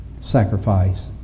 sacrifice